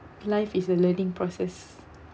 life is a learning process